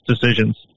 decisions